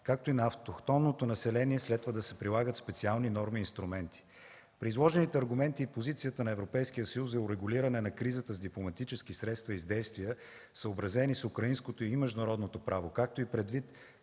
както и на автохтонното население следва да се прилагат специални норми и инструменти. При изложените аргументи и позицията на Европейския съюз за регулиране на кризата с дипломатически средства и с действия, съобразени с украинското и международното право, както и предвид